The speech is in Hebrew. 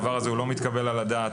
הדבר הזה לא מתקבל על הדעת.